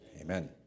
Amen